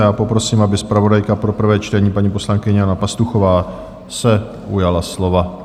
A já poprosím, aby zpravodajka pro prvé čtení, paní poslankyně Jana Pastuchová, se ujala slova.